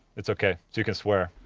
it's ok you can swear.